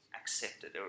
accepted